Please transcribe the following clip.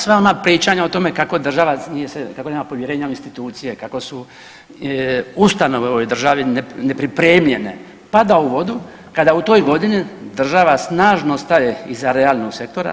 Sva ona pričanja o tome kako država nije se, kako nema povjerenja u institucije, kako su ustanove u ovoj državi nepripremljene pada u vodu kada u toj godini država snažno staje iza realnog sektora.